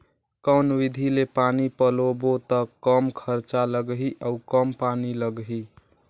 कौन विधि ले पानी पलोबो त कम खरचा लगही अउ कम पानी लगही?